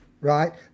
right